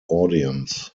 audience